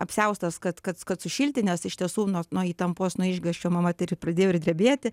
apsiaustas kad kad kad sušilti nes iš tiesų nuo nuo įtampos nuo išgąsčio mama pradėjo ir drebėti